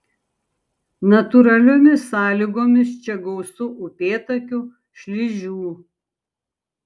natūraliomis sąlygomis čia gausu upėtakių šlyžių